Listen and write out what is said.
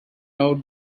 out